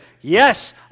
Yes